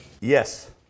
Yes